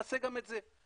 נעשה גם את זה.